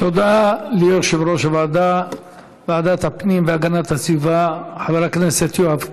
תודה ליושב-ראש ועדת הפנים והגנת הסביבה חבר הכנסת יואב קיש.